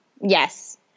Yes